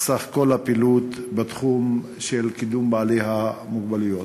כלל הפעילות בתחום של קידום בעלי המוגבלויות.